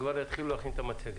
שיתחיל להכין את המצגת.